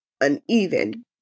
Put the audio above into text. uneven